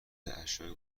اشیاء